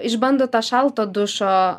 išbando tą šalto dušo